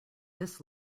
this